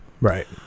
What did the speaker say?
Right